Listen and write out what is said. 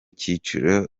cyiciro